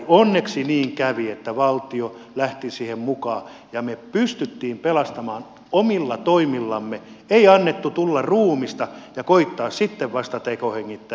onneksi niin kävi että valtio lähti siihen mukaan ja me pystyimme pelastamaan omilla toimillamme ei annettu tulla ruumista ja koettaa sitten vasta tekohengittää